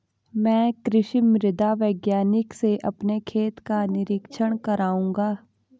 मैं कृषि मृदा वैज्ञानिक से अपने खेत का निरीक्षण कराऊंगा